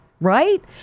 right